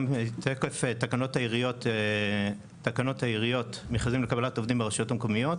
גם בתוקף תקנות העיריות (מכרזים לקבלת עובדים) ברשויות המקומיות,